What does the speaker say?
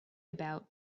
about